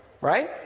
right